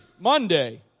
Monday